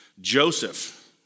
Joseph